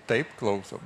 taip klausom